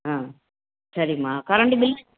ஆ சரிம்மா current bill